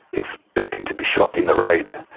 expecting to be shot in the raid,